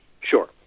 Sure